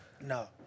No